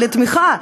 לתמיכה?